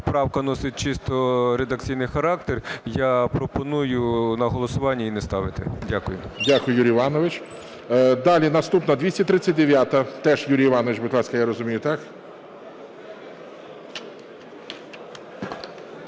правка носить чисто редакційний характер, я пропоную на голосування її не ставити. Дякую. ГОЛОВУЮЧИЙ. Дякую, Юрій Іванович. Далі наступна 239-а. Теж Юрій Іванович, будь ласка, я розумію, так?